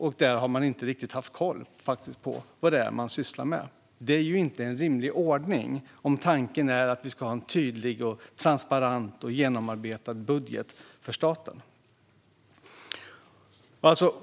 Man har inte riktigt haft koll på vad man sysslar med. Det är inte en rimlig ordning, om tanken är att vi ska ha en tydlig, transparent och genomarbetad budget för staten.